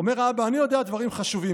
אומר האבא: אני יודע דברים חשובים.